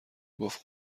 گفت